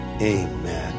Amen